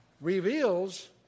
reveals